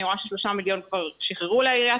אני רואה ש-3 מיליון כבר שחררו לעיריית